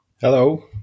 Hello